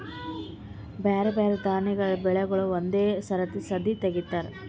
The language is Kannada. ಬ್ಯಾರೆ ಬ್ಯಾರೆ ದಾನಿಗಳ ಬೆಳಿಗೂಳಿಗ್ ಒಂದೇ ಸರತಿ ಸದೀ ತೆಗಿತಾರ